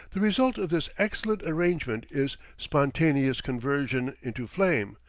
the result of this excellent arrangement is spontaneous conversion into flame,